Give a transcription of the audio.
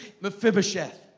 Mephibosheth